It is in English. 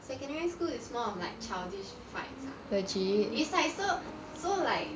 secondary school it's more of like childish fights ah it's like so so like